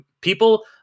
people